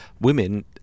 women